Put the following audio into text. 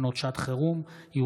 נפגעי מלחמה ושוטרים מארנונה) (תיקון,